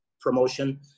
promotion